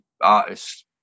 artists